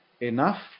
Enough